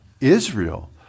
Israel